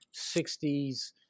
60s